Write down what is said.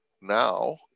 now